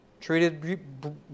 treated